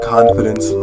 Confidence